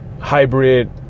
Hybrid